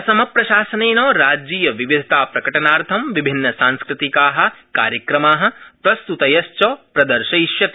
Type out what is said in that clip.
असम प्रशासनेन राज्यीयविविधताप्रकटनार्थं विभिन्नसांस्कृतिका कार्यक्रमा प्रस्त्तयश्च प्रदर्शयिष्यते